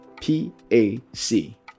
P-A-C